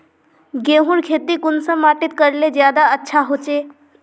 गेहूँर खेती कुंसम माटित करले से ज्यादा अच्छा हाचे?